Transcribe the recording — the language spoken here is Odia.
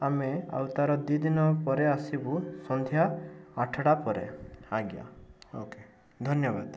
ଆମେ ଆଉ ତା'ର ଦୁଇଦିନ ପରେ ଆସିବୁ ସନ୍ଧ୍ୟା ଆଠଟା ପରେ ଆଜ୍ଞା ଓ କେ ଧନ୍ୟବାଦ